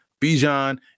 Bijan